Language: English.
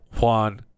Juan